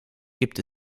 gibt